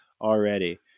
already